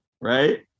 right